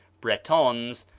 bretons,